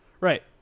Right